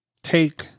take